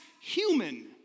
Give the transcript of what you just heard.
human